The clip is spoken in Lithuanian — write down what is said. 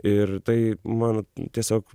ir tai man tiesiog